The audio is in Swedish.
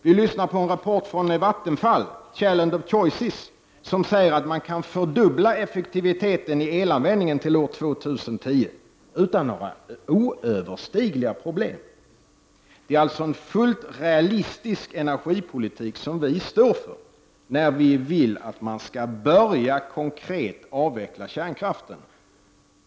Vi lyssnar till en rapport från Vattenfall, Challenge of choices, som säger att man kan fördubbla effektiviteten i elanvändningen till år 2010 utan några oöverstigliga problem. Det är alltså en fullt realistisk energipolitik som vi står för när vi vill att man skall börja konkret avveckla kärnkraften.